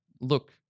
Look